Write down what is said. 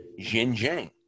Xinjiang